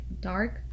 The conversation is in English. dark